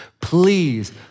Please